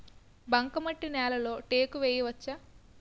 బంకమట్టి నేలలో టేకు వేయవచ్చా?